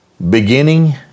Beginning